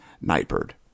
Nightbird